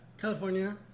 California